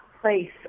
place